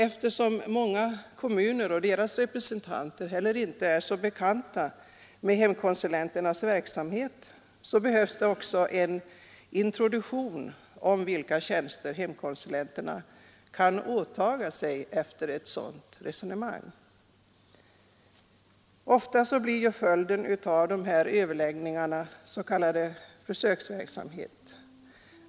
Eftersom många kommuner och deras representanter inte är så bekanta med hemkonsulenternas verksamhet, behövs det också en introduktion om vilka tjänster hemkonsulenterna kan åtaga sig. Ofta blir följden av dessa överläggningar en s.k. försöksverksamhet.